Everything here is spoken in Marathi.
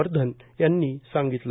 वर्धन यांनी सांगितलं